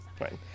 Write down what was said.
Right